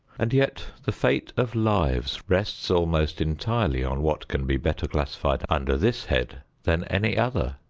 and yet the fate of lives rests almost entirely on what can be better classified under this head than any other.